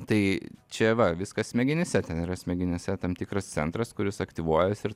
tai čia va viskas smegenyse ten yra smegenyse tam tikras centras kuris aktyvuojasi ir